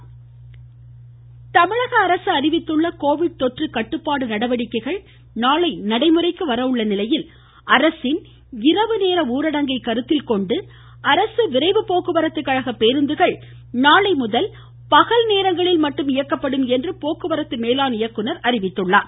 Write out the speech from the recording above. ம் ம் ம் ம் ம் ம போக்குவரத்து கழகம் தமிழக அரசு அறிவித்துள்ள கோவிட் தொற்று கட்டுப்பாடு நடவடிக்கைகள் நாளை அமலுக்கு வர உள்ள நிலையில் அரசின் இரவு நேர ஊரடங்கை கருத்தில் கொண்டு அரசு விரைவு போக்குவரத்து கழக பேருந்துகள் நாளை முதல் பகல் நேரங்களில் மட்டும் இயக்கப்படும் என்று போக்குவரத்து மேலாண் இயக்குனர் தெரிவித்திருக்கிறார்